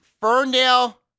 Ferndale